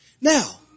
Now